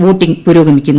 voting പുരോഗമിക്കുന്നു